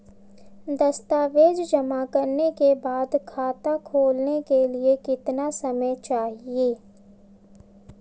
दस्तावेज़ जमा करने के बाद खाता खोलने के लिए कितना समय चाहिए?